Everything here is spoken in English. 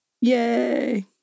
Yay